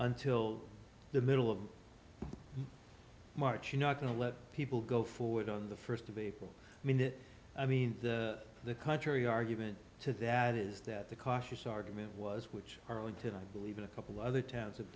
until the middle of march you know we're going to let people go forward on the first of april i mean that i mean the country argument to that is that the cautious argument was which arlington i believe in a couple of other towns have